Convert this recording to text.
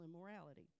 immorality